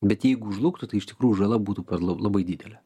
bet jeigu žlugtų tai iš tikrųjų žala būtų per la labai didelė